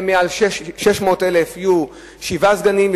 בעיר שיש בה יותר מ-600,000 תושבים יהיו שבעה סגנים,